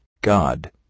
God